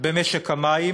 במשק המים